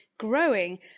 growing